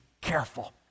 careful